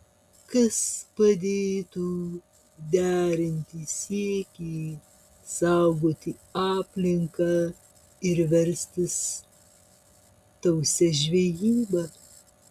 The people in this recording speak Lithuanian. kas padėtų derinti siekį saugoti aplinką ir verstis tausia žvejyba